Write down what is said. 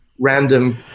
random